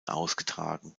ausgetragen